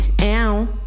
Ow